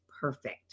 perfect